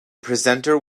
presenter